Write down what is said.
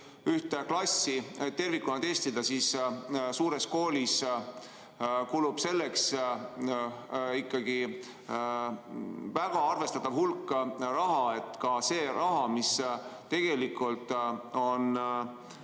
ühte klassi tervikuna testida, siis suures koolis kulub selleks ikkagi väga arvestatav hulk raha. [Ei piisa] sellest rahast, mis tegelikult on